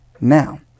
now